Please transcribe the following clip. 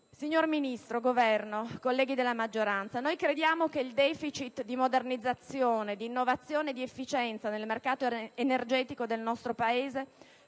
rappresentanti del Governo, colleghi della maggioranza, noi crediamo che il deficit di modernizzazione, di innovazione e di efficienza nel mercato energetico del nostro Paese